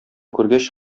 күргәч